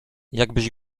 jakbyś